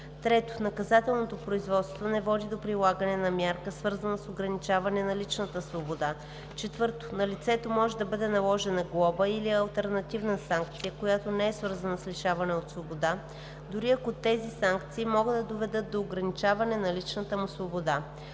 3. наказателното производство не води до прилагане на мярка, свързана с ограничаване на личната свобода; 4. на лицето може да бъде наложена глоба или алтернативна санкция, която не е свързана с лишаване от свобода, дори ако тези санкции могат да доведат до ограничаване на личната му свобода;